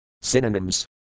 Synonyms